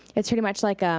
it's pretty much like